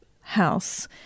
house